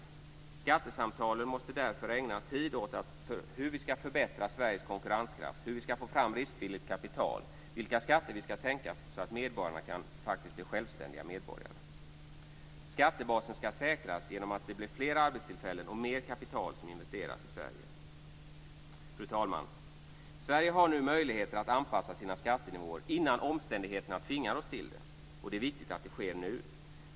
I skattesamtalen måste man därför ägna tid åt hur vi ska kunna förbättra Sveriges konkurrenskraft, hur vi ska få fram riskvilligt kapital och vilka skatter vi ska sänka så att medborgarna faktiskt kan bli självständiga medborgare. Skattebasen ska säkras genom att det blir fler arbetstillfällen och mer kapital som investeras i Sverige. Fru talman! Sverige har nu möjligheter att anpassa sina skattenivåer innan omständigheterna tvingar oss till det. Det är viktigt att det sker nu.